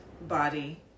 body